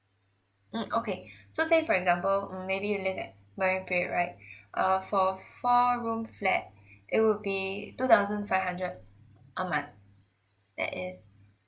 mm okay so say for example mm maybe you live at marry bay right err for four room flat it will be two thousand five hundred a month that is